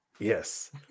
Yes